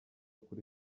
kuri